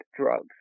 drugs